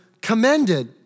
commended